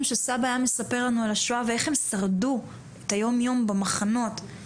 שסבא היה מספר לנו על השואה ואיך הם שרדו את היום-יום במחנות.